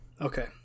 okay